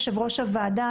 יושב-ראש הוועדה,